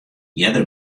earder